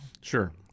Sure